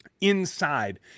inside